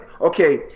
Okay